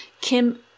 Kim